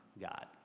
God